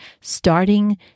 starting